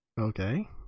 Okay